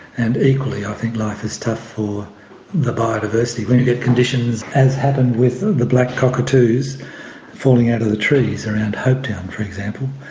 and equally i think life is tough for the biodiversity. when you get conditions, as happened with the black cockatoos falling out of the trees around hopetoun for example,